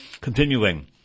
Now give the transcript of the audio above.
Continuing